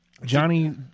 Johnny